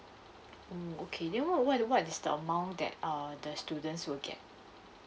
mm okay then what what what is the amount that err the students will get